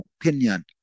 opinion